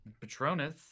Patronus